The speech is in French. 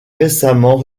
récemment